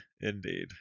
Indeed